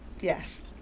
Yes